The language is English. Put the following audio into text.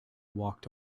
walked